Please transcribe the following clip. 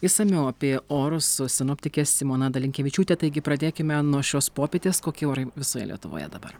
išsamiau apie orus sinoptikė simona dalinkevičiūtė taigi pradėkime nuo šios popietės kokie orai visoje lietuvoje dabar